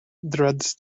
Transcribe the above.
dreads